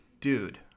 dude